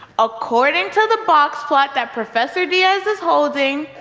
according to the box plot that professor diaz is holding,